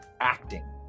acting